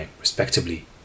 respectively